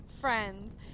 friends